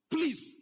Please